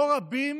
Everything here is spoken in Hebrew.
לא רבים